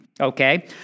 Okay